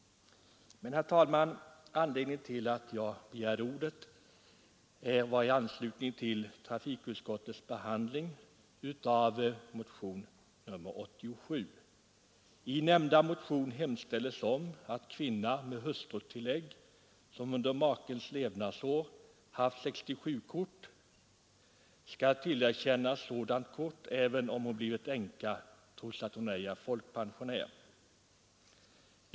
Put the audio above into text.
Men, herr talman, anledningen till att jag begärt ordet är att jag vill säga några ord i anslutning till trafikutskottets behandling av motionen 87. I denna motion hemställs ”att kvinna med hustrutillägg, som under makens levnadsår haft 67-kort, skall tillerkännas sådant kort även sedan hon blivit änka trots att hon inte är folkpensionär”.